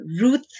Ruth